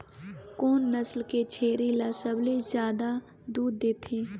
कोन नस्ल के छेरी ल सबले ज्यादा दूध देथे?